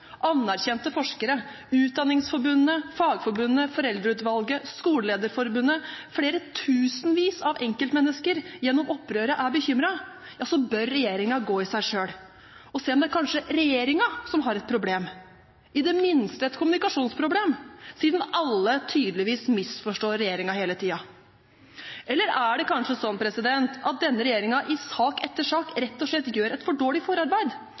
anerkjente forskere, Utdanningsforbundet, Fagforbundet, Foreldreutvalget, Skolelederforbundet, tusenvis av enkeltmennesker, gjennom opprøret er bekymret, bør regjeringen gå i seg selv og se om det kanskje er regjeringen som har et problem – i det minste et kommunikasjonsproblem, siden alle tydeligvis misforstår regjeringen hele tiden. Eller er det kanskje sånn at denne regjeringen i sak etter sak rett og slett gjør et for dårlig forarbeid,